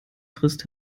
frisst